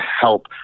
help